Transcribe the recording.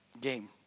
game